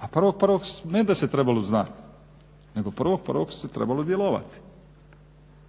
A 1.1. ne da se trebalo znati, nego 1.1. se trebalo djelovati,